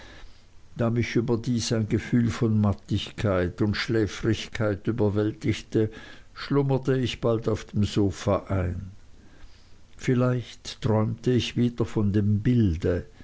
da mich überdies ein gefühl von mattigkeit und schläfrigkeit überwältigte schlummerte ich bald auf dem sofa ein vielleicht träumte ich wieder von dem bilde